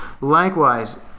Likewise